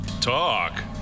Talk